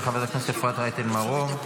של חברת הכנסת אפרת רייטן מרום.